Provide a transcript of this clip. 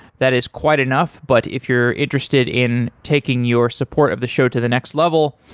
that is quite enough, but if you're interested in taking your support of the show to the next level,